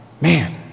Man